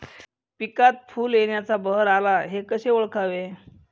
पिकात फूल येण्याचा बहर आला हे कसे ओळखावे?